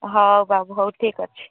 ହଁ ବାବୁ ହଉ ଠିକ୍ ଅଛି